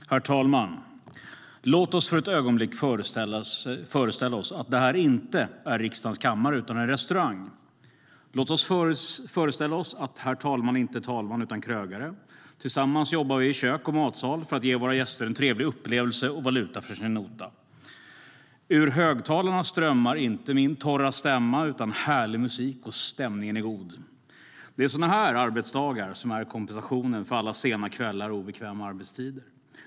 Herr talman! Låt oss för ett ögonblick föreställa oss att det här inte är riksdagens kammare utan en restaurang. Låt oss föreställa oss att herr talmannen inte är talman utan krögare. Tillsammans jobbar vi i kök och matsal för att ge våra gäster en trevlig upplevelse och valuta för sin nota. Ur högtalarna strömmar inte min torra stämma utan härlig musik, och stämningen är god. Det är sådana här arbetsdagar som är kompensationen för alla sena kvällar och obekväma arbetstider.